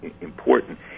important